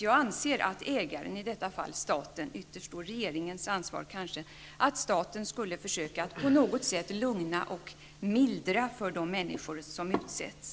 Jag anser att ägaren, i detta fall staten -- vilket gör att ansvaret kanske ytterst är regeringens -- på något sätt skulle försöka lugna och mildra för de människor som utsätts.